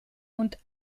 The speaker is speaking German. und